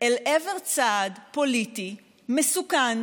אל עבר צעד פוליטי מסוכן,